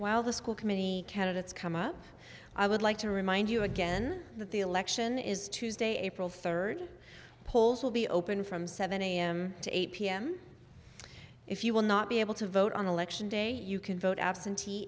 while the school committee candidates come up i would like to remind you again that the election is tuesday april third polls will be open from seven am to eight pm if you will not be able to vote on election day you can vote absentee